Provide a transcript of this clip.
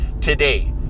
today